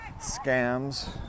scams